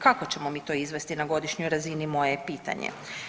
Kako ćemo mi to izvesti na godišnjoj razini, moje je pitanje?